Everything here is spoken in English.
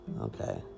Okay